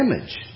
image